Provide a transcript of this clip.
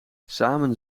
samen